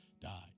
died